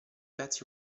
pezzi